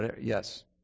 Yes